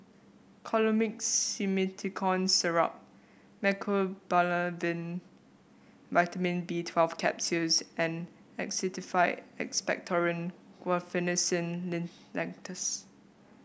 Colimix Simethicone Syrup Mecobalamin Vitamin B Twelve Capsules and Actified Expectorant Guaiphenesin Linctus